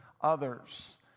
others